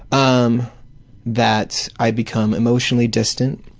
um that i become emotionally distant,